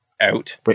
out